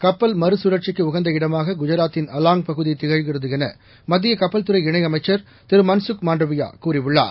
கப்பல் மறுசுழற்சிக்கு உகந்த இடமாக குஜராத்தின் அலாங் பகுதி திகழ்கிறது என மத்திய கப்பல்துறை இணையமைச்சர் திரு மண்சுக் மண்டாவியா கூறியுள்ளார்